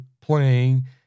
playing